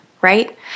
right